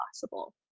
possible